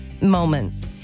moments